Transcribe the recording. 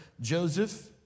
Joseph